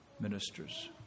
ministers